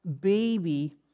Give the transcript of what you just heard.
baby